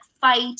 fight